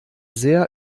sehr